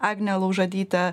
agne laužadyte